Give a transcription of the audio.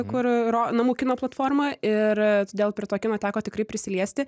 kur ro namų kino platforma ir todėl prie to kino teko tikrai prisiliesti